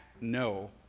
no